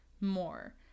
more